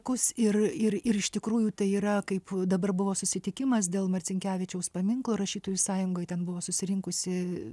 kus ir ir ir iš tikrųjų tai yra kaip dabar buvo susitikimas dėl marcinkevičiaus paminklo rašytojų sąjungoj ten buvo susirinkusi